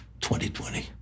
2020